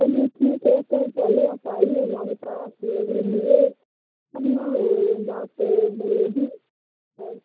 चलिए ठीक है तो पहले आप आइए हमारे पास लेने लिए हाँ बात